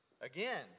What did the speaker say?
again